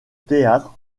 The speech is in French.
théâtre